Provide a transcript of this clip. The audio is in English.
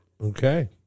okay